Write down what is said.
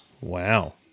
Wow